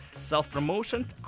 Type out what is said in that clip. self-promotion